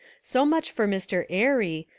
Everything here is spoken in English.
so much for mr. airy,